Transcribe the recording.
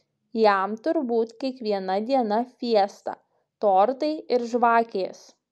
jam turbūt kiekviena diena fiesta tortai ir žvakės